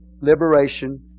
liberation